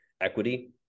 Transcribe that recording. equity